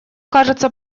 кажется